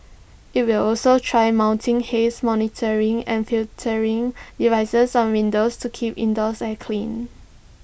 IT will also try mounting haze monitoring and filtering devices on windows to keep indoor air clean